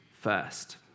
first